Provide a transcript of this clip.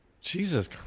Jesus